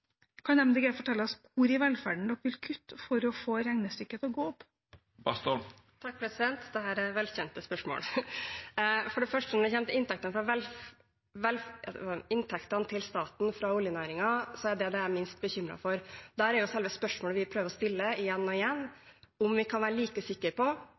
kan MDG fortelle oss hvor i velferden de vil kutte for å få regnestykket til å gå opp? Dette er velkjente spørsmål. Når det kommer til inntektene til staten fra oljenæringen, er det det jeg er minst bekymret for. Der er selve spørsmålet vi prøver å stille igjen og igjen: Kan vi være like sikre på